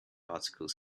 articles